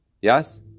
Yes